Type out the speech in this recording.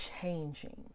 changing